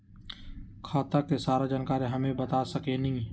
खाता के सारा जानकारी हमे बता सकेनी?